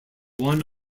one